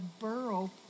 borough